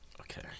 okay